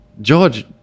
George